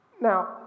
Now